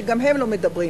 שגם הם לא מדברים.